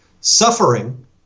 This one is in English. Suffering